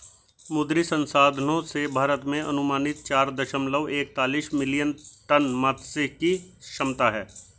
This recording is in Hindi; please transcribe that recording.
मुद्री संसाधनों से, भारत में अनुमानित चार दशमलव एकतालिश मिलियन टन मात्स्यिकी क्षमता है